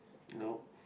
nope